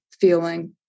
feeling